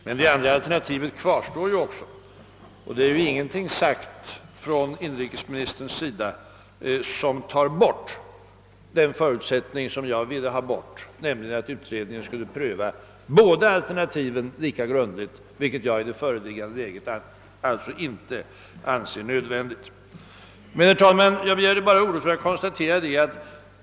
Det andra alternativet kvarstår emellertid, och inrikesministern har ingenting sagt som avlägsnar den förutsättning som jag ville ha bort, nämligen att utredningen skall pröva båda alternativen lika grundligt, vilket jag i det rådande läget inte anser nödvändigt. Herr talman!